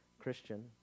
Christian